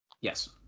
Yes